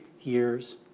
years